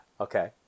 okay